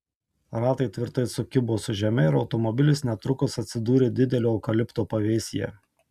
ratai tvirtai sukibo su žeme ir automobilis netrukus atsidūrė didelio eukalipto pavėsyje